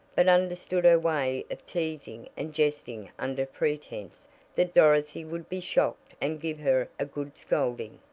but understood her way of teasing and jesting under pretense that dorothy would be shocked and give her a good scolding.